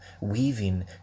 weaving